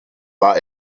war